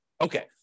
Okay